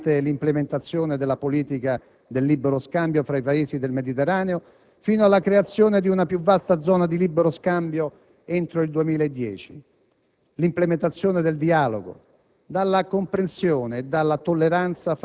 la nascita di un'area di prosperità economica comune da realizzarsi mediante l'implementazione della politica del libero scambio fra i Paesi del Mediterraneo, fino alla creazione di una più vasta zona di libero scambio entro il 2010;